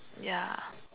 ya